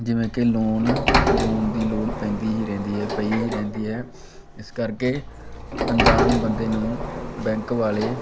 ਜਿਵੇਂ ਕਿ ਲੋਨ ਲੂਨ ਦੀ ਲੋੜ ਪੈਂਦੀ ਹੀ ਰਹਿੰਦੀ ਹੈ ਪਈ ਹੀ ਰਹਿੰਦੀ ਹੈ ਇਸ ਕਰਕੇ ਅਣਜਾਣ ਬੰਦੇ ਨੂੰ ਬੈਂਕ ਵਾਲੇ